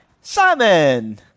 Simon